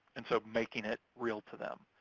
and so making it real to them.